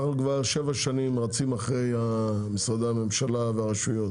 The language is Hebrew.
אנחנו כבר שבע שנים רצים אחרי משרדי הממשלה והרשויות